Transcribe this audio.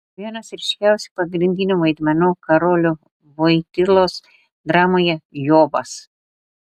vienas ryškiausių pagrindinių vaidmenų karolio voitylos dramoje jobas